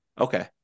Okay